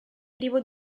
privo